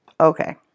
Okay